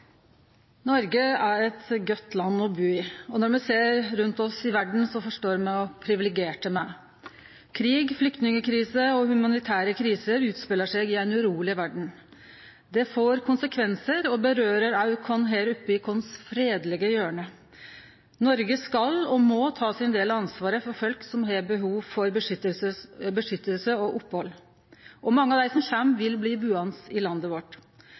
eit godt land å bu i. Når me ser rundt oss i verda, forstår me kor privilegerte me er. Krig, flyktningkrise og humanitære kriser utspelar seg i ei uroleg verd. Det får konsekvensar òg for oss her oppe i vårt fredelege hjørne. Noreg skal, og må, ta sin del av ansvaret for folk som har behov for beskyttelse og opphald, og mange av dei som kjem, vil bli buande i landet vårt.